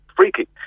Freaky